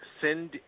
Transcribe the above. Send